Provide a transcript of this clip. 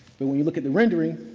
but when we look at the rendering,